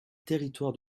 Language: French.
territoires